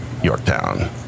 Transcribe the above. Yorktown